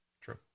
true